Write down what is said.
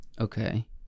Okay